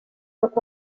but